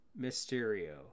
Mysterio